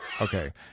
Okay